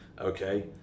okay